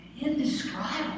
indescribable